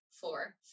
four